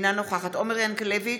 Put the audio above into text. אינה נוכחת עומר ינקלביץ'